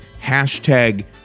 hashtag